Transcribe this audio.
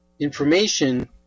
information